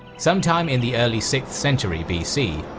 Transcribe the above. sometime in the early sixth century bc,